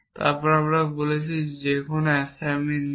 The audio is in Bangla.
তারপর আমি বলছি যে কোনও অ্যাসাইনমেন্ট নিন